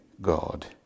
God